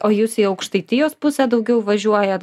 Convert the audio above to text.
o jūs į aukštaitijos pusę daugiau važiuojat